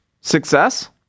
success